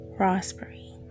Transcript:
raspberry